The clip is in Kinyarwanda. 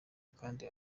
kandi